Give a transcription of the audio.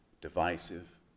divisive